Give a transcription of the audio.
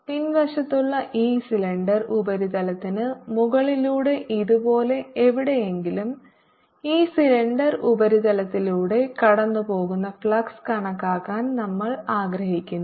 അതിനാൽ പിൻവശത്തുള്ള ഈ സിലിണ്ടർ ഉപരിതലത്തിന് മുകളിലൂടെ ഇതുപോലുള്ള എവിടെയെങ്കിലും ഈ സിലിണ്ടർ ഉപരിതലത്തിലൂടെ കടന്നുപോകുന്ന ഫ്ലക്സ് കണക്കാക്കാൻ നമ്മൾ ആഗ്രഹിക്കുന്നു